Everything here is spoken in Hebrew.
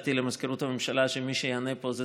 הצעתי למזכירות הממשלה שמי שיענה פה זה